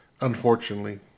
unfortunately